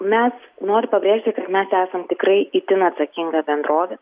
mes noriu pabrėžti kad mes esam tikrai itin atsakinga bendrovė